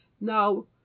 now